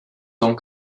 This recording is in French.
tant